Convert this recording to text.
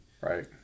Right